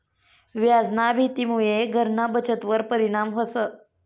व्याजना भीतीमुये घरना बचतवर परिणाम व्हस